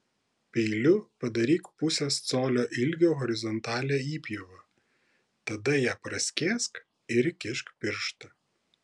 peiliu padaryk pusės colio ilgio horizontalią įpjovą tada ją praskėsk ir įkišk pirštą